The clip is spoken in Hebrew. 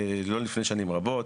לא לפני שנים רבות,